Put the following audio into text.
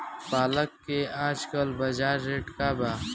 पालक के आजकल बजार रेट का बा?